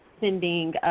sending